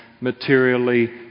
materially